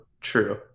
true